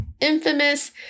infamous